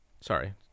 sorry